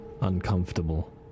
uncomfortable